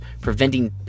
preventing